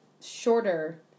shorter